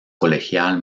colegial